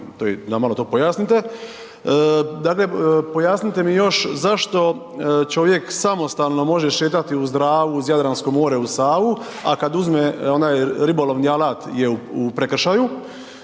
nam malo to pojasnite. Dakle, pojasnite mi još zašto čovjek samostalno može šetati uz Dravu, uz Jadransko more, uz Savu, a kad uzme onaj ribolovni alat je u prekršaju,